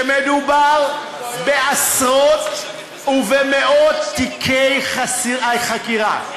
כשמדובר בעשרות ובמאות תיקי חקירה,